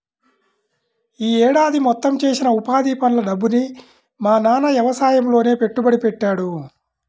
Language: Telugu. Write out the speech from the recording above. యీ ఏడాది మొత్తం చేసిన ఉపాధి పనుల డబ్బుని మా నాన్న యవసాయంలోనే పెట్టుబడి పెట్టాడు